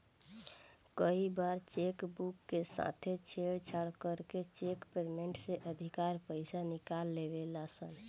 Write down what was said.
कई बार cheque book के साथे छेड़छाड़ करके चेक पेमेंट से अधिका पईसा निकाल लेवे ला सन